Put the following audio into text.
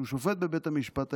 שהוא שופט בבית המשפט העליון,